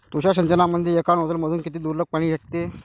तुषार सिंचनमंदी एका नोजल मधून किती दुरलोक पाणी फेकते?